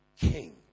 king